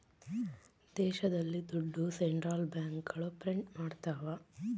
ದೇಶದಲ್ಲಿ ದುಡ್ಡು ಸೆಂಟ್ರಲ್ ಬ್ಯಾಂಕ್ಗಳು ಪ್ರಿಂಟ್ ಮಾಡ್ತವ